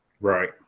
right